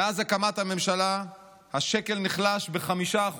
מאז הקמת הממשלה השקל נחלש ב-5%,